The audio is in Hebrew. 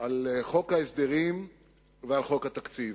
על חוק ההסדרים ועל חוק התקציב.